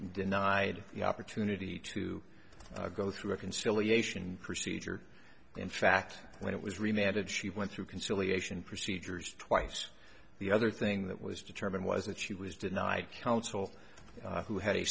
denied the opportunity to go through reconciliation procedure in fact when it was remanded she went through conciliation procedures twice the other thing that was determined wasn't she was denied counsel who had a